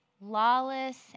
lawless